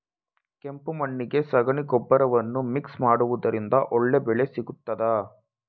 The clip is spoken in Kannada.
ಕೆಂಪು ಮಣ್ಣಿಗೆ ಸಗಣಿ ಗೊಬ್ಬರವನ್ನು ಮಿಕ್ಸ್ ಮಾಡುವುದರಿಂದ ಒಳ್ಳೆ ಬೆಳೆ ಸಿಗುತ್ತದಾ?